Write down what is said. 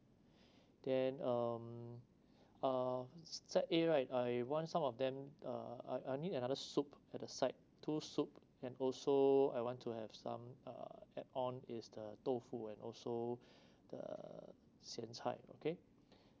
then um uh set A right I want some of them uh I I need another soup at the side two soup and also I want to have some uh add on is the tofu and also the xian cai okay